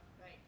Right